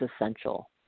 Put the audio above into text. essential